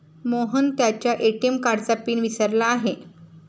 मोहन त्याच्या ए.टी.एम कार्डचा पिन विसरला आहे